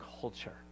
culture